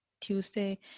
Tuesday